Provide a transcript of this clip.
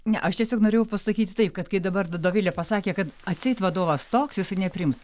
ne aš tiesiog norėjau pasakyti taip kad kai dabar dovilė pasakė kad atseit vadovas toks jisai ne nepriims